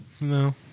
No